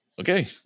okay